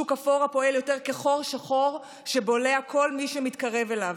שוק אפור הפועל יותר כחור שחור שבולע כל מי שמתקרב אליו.